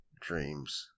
dreams